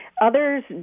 Others